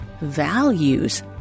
values